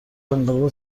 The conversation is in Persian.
انقلاب